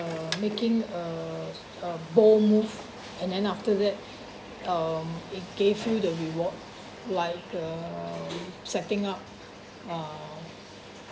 uh making a a bold move and then after that um it gave you the reward like uh setting up uh